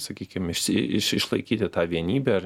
sakykim išsi iš išlaikyti tą vienybę ar